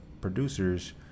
producers